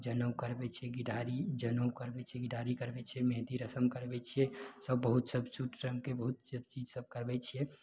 जनउ करबय छियै घी ढारी जनेउ करबय छियै घी ढारी करबय छियै मेंहदी रस्म करबय छियै सब बहुत सब शूट सबके बहुत अथी सब करबय छियै